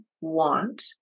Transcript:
want